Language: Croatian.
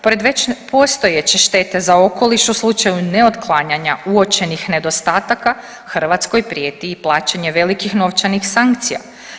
Pored već postojeće štete za okoliš u slučaju neotklanjanje uočenih nedostataka, Hrvatskoj prije i plaćanje velikih novčanih sankcija.